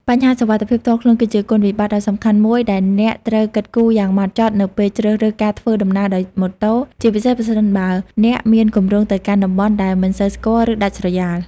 បញ្ហាសុវត្ថិភាពផ្ទាល់ខ្លួន គឺជាគុណវិបត្តិដ៏សំខាន់មួយដែលអ្នកត្រូវគិតគូរយ៉ាងម៉ត់ចត់នៅពេលជ្រើសរើសការធ្វើដំណើរដោយម៉ូតូ ជាពិសេសប្រសិនបើអ្នកមានគម្រោងទៅកាន់តំបន់ដែលមិនសូវស្គាល់ ឬដាច់ស្រយាល។